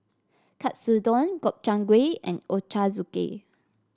Katsudon Gobchang Gui and Ochazuke